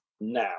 now